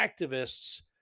activists